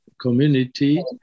community